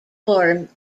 form